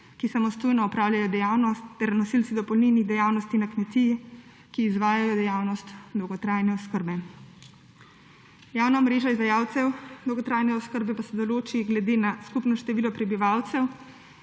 ki samostojno opravljajo dejavnost, ter nosilci dopolnilnih dejavnosti na kmetiji, ki izvajajo dejavnost dolgotrajne oskrbe. Javna mreža izvajalcev dolgotrajne oskrbe pa se določi glede na skupno število prebivalcev